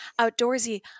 outdoorsy